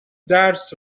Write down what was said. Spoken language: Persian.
درس